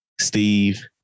Steve